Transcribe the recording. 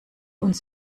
uns